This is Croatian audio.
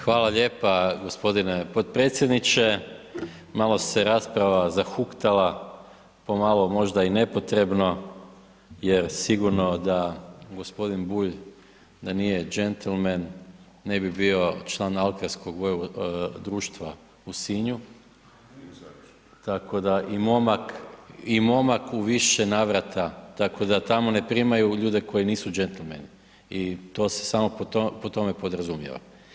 Hvala lijepa gospodine potpredsjedniče, malo se rasprava zahuktala pomalo možda i nepotrebno, jer sigurno da gospodin Bulj da nije đentlmen ne bi bio član alkarskog društva u Sinju, tako da i momak u više navrata, tako da tamo ne primaju ljude koji nisu đentlmeni i to se samo po tome podrazumijeva.